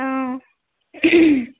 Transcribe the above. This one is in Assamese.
অঁ